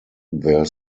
their